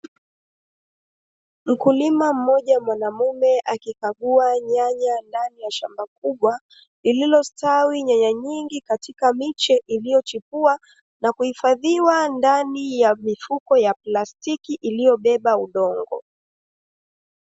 Mkulima mmoja mwanaume, akikagua nyanya ndani ya shamba kubwa, lililostawi nyanya nyingi katika miche iliyochipua na kuhifadhiwa ndani ya mifuko ya plastiki iliyobeba udongo.